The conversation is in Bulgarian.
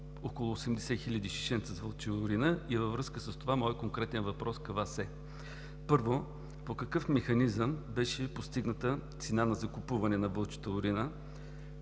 около 80 хиляди шишенца с вълча урина. Във връзка с това моят конкретен въпрос към Вас е: първо, по какъв механизъм беше постигната цена на закупуване на вълчата урина,